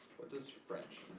what does french